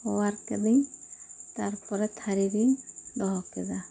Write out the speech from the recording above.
ᱚᱣᱟᱨ ᱠᱟᱹᱫᱟᱹᱧ ᱛᱟᱨᱯᱚᱨᱮ ᱛᱷᱟᱹᱨᱤ ᱨᱮ ᱫᱚᱦᱚ ᱠᱮᱫᱟ